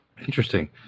Interesting